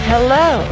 Hello